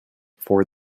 for